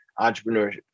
entrepreneurship